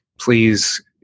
please